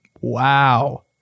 Wow